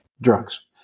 drugs